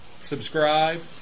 subscribe